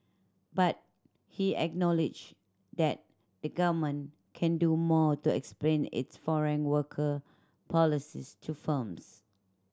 but he acknowledged that the Government can do more to explain its foreign worker policies to firms